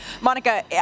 Monica